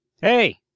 Hey